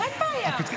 אין בעיה.